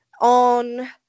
on